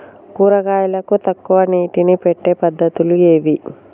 కూరగాయలకు తక్కువ నీటిని పెట్టే పద్దతులు ఏవి?